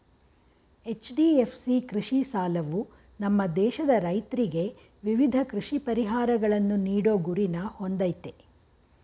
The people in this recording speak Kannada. ಎಚ್.ಡಿ.ಎಫ್.ಸಿ ಕೃಷಿ ಸಾಲವು ನಮ್ಮ ದೇಶದ ರೈತ್ರಿಗೆ ವಿವಿಧ ಕೃಷಿ ಪರಿಹಾರಗಳನ್ನು ನೀಡೋ ಗುರಿನ ಹೊಂದಯ್ತೆ